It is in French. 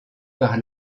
par